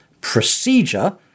procedure